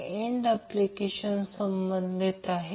आणि c घेतले जाते हे c घेतले जाते